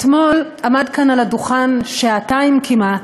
אתמול עמד כאן על הדוכן, שעתיים כמעט,